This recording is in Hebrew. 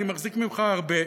אני מחזיק ממך הרבה,